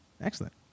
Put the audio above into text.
Excellent